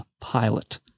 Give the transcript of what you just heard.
pilot